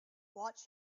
watch